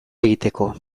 egiteko